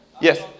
Yes